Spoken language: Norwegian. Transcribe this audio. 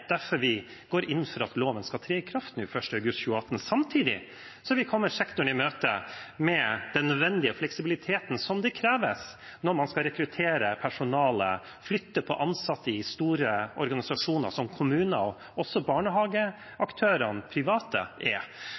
derfor vi går inn for at loven skal tre i kraft nå 1. august 2018. Samtidig er vi kommet sektoren i møte med den nødvendige fleksibiliteten som kreves når man skal rekruttere personale og flytte på ansatte i store organisasjoner som kommuner og de private barnehageaktørene er.